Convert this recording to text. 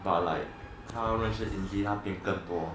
but like 他认识 izzie 变更多